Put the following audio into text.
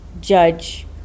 Judge